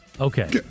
Okay